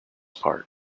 part